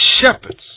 shepherds